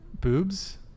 Boobs